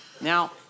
Now